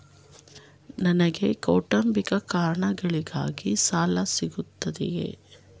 ನನಗೆ ಕೌಟುಂಬಿಕ ಕಾರಣಗಳಿಗಾಗಿ ಸಾಲ ಸಿಗುತ್ತದೆಯೇ?